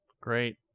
great